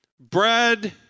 Bread